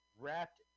wrapped